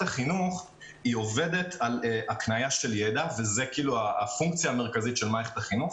החינוך עובדת על הקנייה של יידע וזו הפונקציה המרכזית של מערכת החינוך.